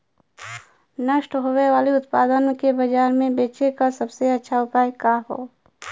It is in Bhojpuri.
नष्ट होवे वाले उतपाद के बाजार में बेचे क सबसे अच्छा उपाय का हो?